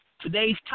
Today's